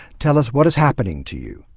tell us what is happening to you.